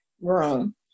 room